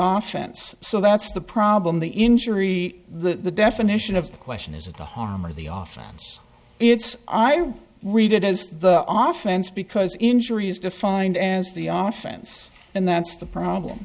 chance so that's the problem the injury the definition of the question is of the harm or the often it's i read it as the oftens because injury is defined as the our offense and that's the problem